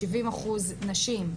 70% נשים,